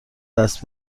دست